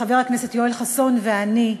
חבר הכנסת יואל חסון ואני,